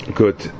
good